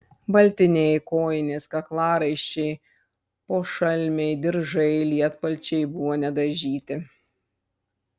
baltiniai kojinės kaklaraiščiai pošalmiai diržai lietpalčiai buvo nedažyti